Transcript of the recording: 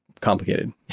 complicated